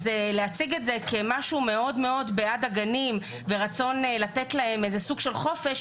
אז להציג את זה כמשהו מאוד בעד הגנים ורצון לתת להם סוג של חופש,